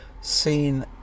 seen